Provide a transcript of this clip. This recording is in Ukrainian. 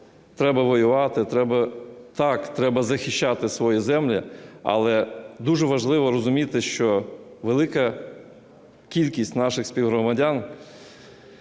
треба воювати… Так, треба захищати свої землі, але дуже важливо розуміти, що велика кількість наших співгромадян,